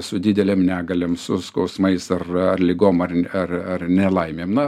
su didelėm negaliom su skausmais ar ligom ar ar ar nelaimėm na